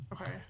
Okay